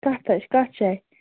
کتھ حظ کتھ جایہِ